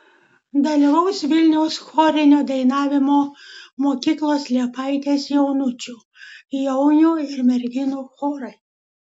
dalyvaus vilniaus chorinio dainavimo mokyklos liepaitės jaunučių jaunių ir merginų chorai